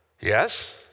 Yes